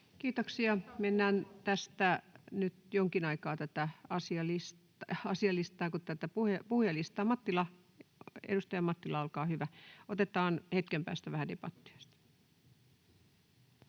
Kiitoksia. — Mennään nyt jonkin aikaa tätä puhujalistaa. — Edustaja Mattila, olkaa hyvä. — Otetaan hetken päästä vähän debattia.